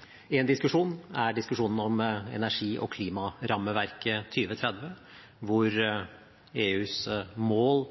fremtiden. Én diskusjon er diskusjonen om energi- og klimarammeverket 2030, hvor EUs mål